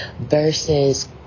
versus